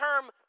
term